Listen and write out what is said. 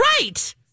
Right